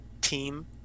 team